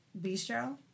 Bistro